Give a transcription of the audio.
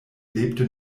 lebte